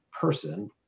person